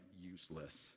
useless